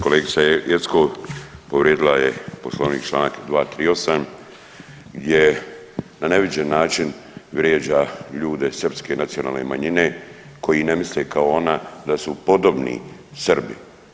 Kolegica Jeckov povrijedila je Poslovnik Članak 238., gdje na neviđen način vrijeđa ljude srpske nacionalne manjine koji ne misle kao ona da su podobni Srbi.